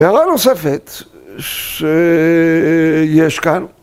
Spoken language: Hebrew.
‫הערה נוספת שיש כאן.